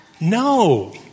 No